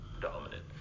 dominant